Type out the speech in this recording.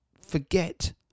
forget